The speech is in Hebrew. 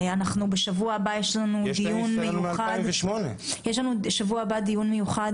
בשבוע הבא יש לנו דיון מיוחד עם רופאים,